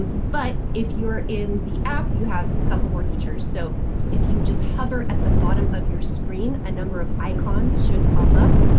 but if you're in the app, you have a couple more features. so if you just hover at the bottom of your screen, a number of icons should pop up.